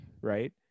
right